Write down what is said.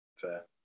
Fair